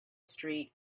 street